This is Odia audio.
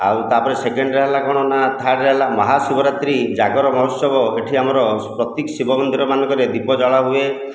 ଆଉ ତା'ପରେ ସେକେଣ୍ଡରେ ହେଲା କ'ଣ ନା ଥାର୍ଡ଼ରେ ହେଲା ମହାଶିବ ରାତ୍ରି ଜାଗର ମହୋତ୍ସବ ଏଠି ଆମର ପ୍ରତ୍ୟେକ ଶିବ ମନ୍ଦିର ମାନଙ୍କରେ ଦୀପ ଜଳା ହୁଏ